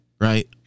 right